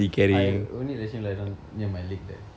I only let him lie down near my leg there